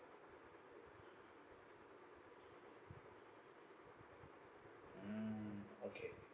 mm okay